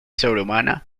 sobrehumana